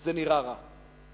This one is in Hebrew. זה נראה רע.